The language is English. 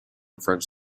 french